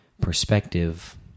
perspective